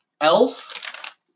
elf